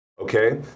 Okay